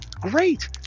Great